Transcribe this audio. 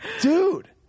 Dude